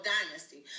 Dynasty